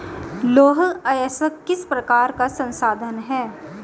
लौह अयस्क किस प्रकार का संसाधन है?